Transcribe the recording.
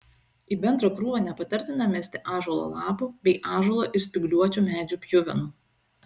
į bendrą krūvą nepatartina mesti ąžuolo lapų bei ąžuolo ir spygliuočių medžių pjuvenų